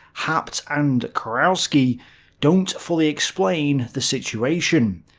haupt and kurowski don't fully explain the situation.